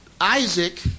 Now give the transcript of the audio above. Isaac